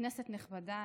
כנסת נכבדה,